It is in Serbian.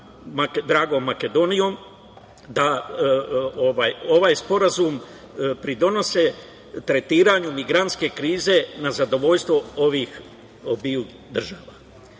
dragom Makedonijom, da ovaj sporazum pridonosi tretiranju migrantske krize na zadovoljstvo ovih obiju